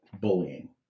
Bullying